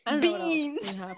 Beans